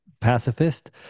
pacifist